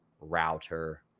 router